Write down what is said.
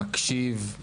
מקשיב,